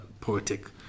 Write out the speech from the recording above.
poetic